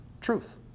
Truth